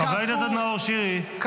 חבר הכנסת נאור שירי, די.